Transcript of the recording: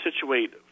situate